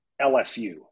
LSU